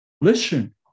Listen